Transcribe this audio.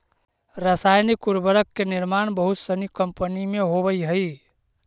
रसायनिक उर्वरक के निर्माण बहुत सनी कम्पनी में होवऽ हई